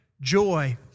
joy